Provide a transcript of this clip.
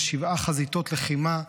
יש שבע חזיתות לחימה,